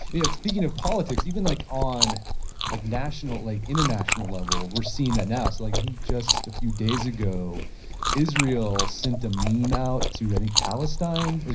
yeah speaking of politics, even like on like like international level we're seeing that now. so like i think just a few days ago israel sent a meme out to i think palestine.